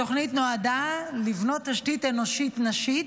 התוכנית נועדה לבנות תשתית אנושית נשית,